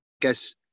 guess